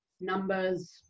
numbers